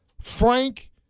Frank